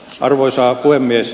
arvoisa puhemies